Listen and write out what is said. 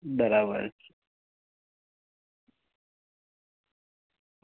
બરાબર